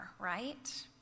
right